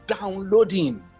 downloading